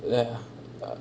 ya